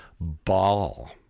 ball